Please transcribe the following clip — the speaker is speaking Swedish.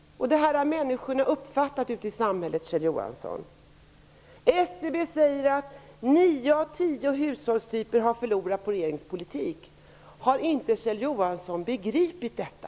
Det har människorna ute i samhället uppfattat, Kjell Johansson. SCB säger att nio av tio hushållstyper har förlorat på regeringens politik. Har inte Kjell Johansson begripit detta?